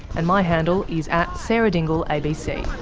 and my handle is at sarahdingleabc